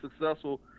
successful